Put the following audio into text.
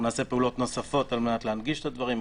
אנחנו נעשה פעולות נוספות על מנת להנגיש את הדברים,